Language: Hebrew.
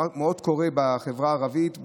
קורה בחברה הערבית,